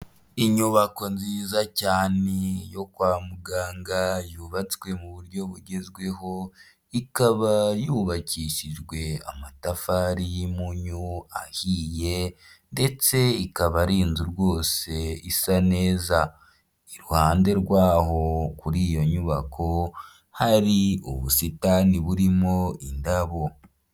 Inyubako nziza cyane yo kwa muganga yubatswe mu buryo bugezweho, ikaba yubakishijwe amatafari y'impunyu ahiye ndetse ikaba ari inzu rwose isa neza, iruhande rwaho kuri iyo nyubako hari ubusitani burimo indabo.